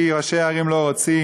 כי ראשי הערים לא רוצים?